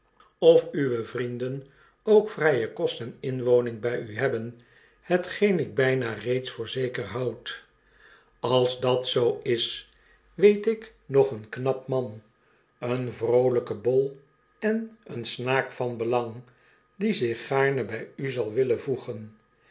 of uwe vrienden ook vrijen kost en inwoning bjj u hebben hetgeen ik bjjna reeds voor zeker houd als dat zoo is weet ik nog een knap man een vroolijke bol en een snaak van belang die zich gaarne by u zal willen voegen